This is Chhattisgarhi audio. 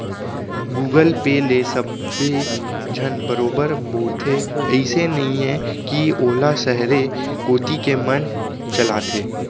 गुगल पे ल सबे झन बरोबर बउरथे, अइसे नइये कि वोला सहरे कोती के मन चलाथें